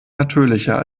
natürlicher